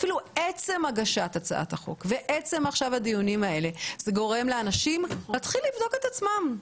אפילו עצם הגשת החוק ועצם הדיונים האלה יגרום לאנשים לבדוק את עצמם.